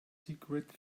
secrete